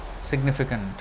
significant